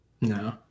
No